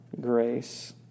grace